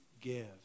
give